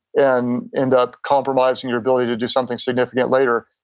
and end up compromising your ability to do something significant later.